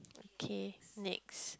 okay next